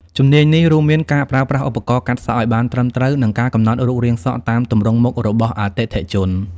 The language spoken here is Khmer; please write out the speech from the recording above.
ជំនាញនេះ រួមមានការប្រើប្រាស់ឧបករណ៍កាត់សក់ឱ្យបានត្រឹមត្រូវ និងការកំណត់រូបរាងសក់តាមទម្រង់មុខរបស់អតិថិជន។